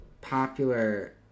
popular